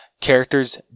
character's